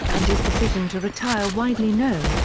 and his decision to retire widely known,